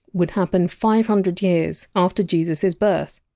would happen five hundred years after jesus! s birth.